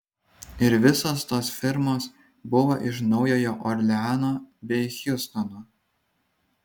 ir visos tos firmos buvo iš naujojo orleano bei hjustono